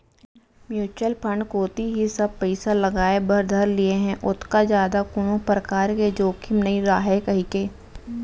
mutual fund कोती ही सब पइसा लगाय बर धर लिये हें ओतका जादा कोनो परकार के जोखिम नइ राहय कहिके